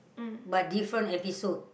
but different episode